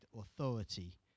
authority